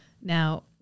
Now